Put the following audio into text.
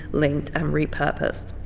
linked, and repurposed.